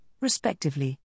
respectively